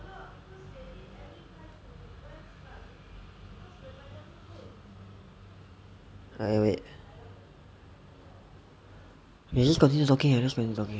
uh wait ya just continue talking lah just continue talking